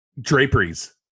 Draperies